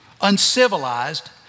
Uncivilized